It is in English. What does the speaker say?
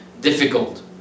difficult